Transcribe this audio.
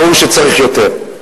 ברור שצריך יותר.